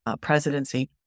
presidency